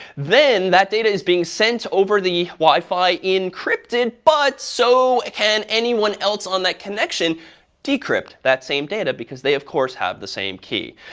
then that data is being sent over the wi-fi encrypted. but so can anyone else on that connection decrypt that same data, because they, of course, have the same key.